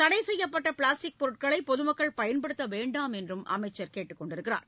தடை செய்யப்பட்ட பிளாஸ்டிக் பொருட்களை பொதுமக்கள் பயன்படுத்த வேண்டாம் என்று அமைச்சர் கேட்டுக் கொண்டுள்ளார்